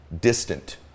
distant